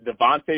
Devontae